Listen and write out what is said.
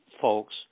folks